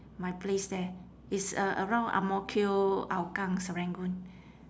my place there is uh around ang mo kio hougang serangoon